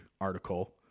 article